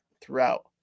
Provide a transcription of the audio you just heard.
throughout